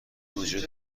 وجود